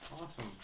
Awesome